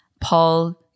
paul